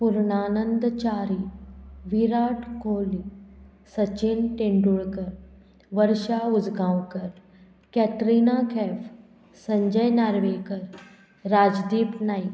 Purnanand Chari Virat Kohli Sachin Tendulkar Varsha Usgaonkar Katrina Kaif Sanjay Narvekar Rajdeep Naik